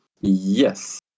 Yes